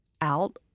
out